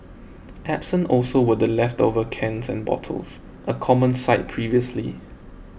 absent also were the leftover cans and bottles a common sight previously